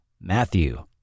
Matthew